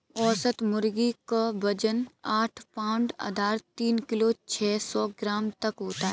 औसत मुर्गी क वजन आठ पाउण्ड अर्थात तीन किलो छः सौ ग्राम तक होता है